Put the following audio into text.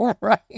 right